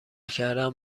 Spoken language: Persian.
کردن